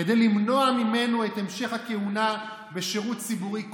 כדי למנוע ממנו את המשך הכהונה בשירות ציבורי כלשהו,